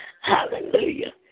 Hallelujah